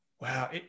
Wow